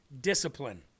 Discipline